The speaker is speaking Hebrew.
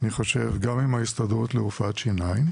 גם עם ההסתדרות לרפואת שיניים